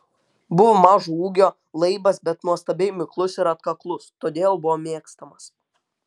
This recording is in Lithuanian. buvo mažo ūgio laibas bet nuostabiai miklus ir atkaklus todėl buvo mėgstamas